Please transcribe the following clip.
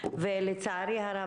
ולצערי הרב,